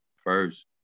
first